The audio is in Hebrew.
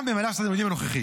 גם במהלך שנת הלימודים הנוכחית.